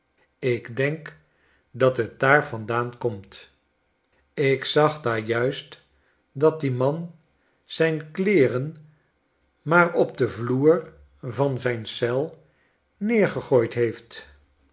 ik denk dat t daar vandaan komt ik zag daar juist dat die man zijn kleeren maar op den vloer van zijn eel neergegooid heeft